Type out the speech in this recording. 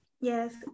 Yes